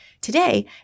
Today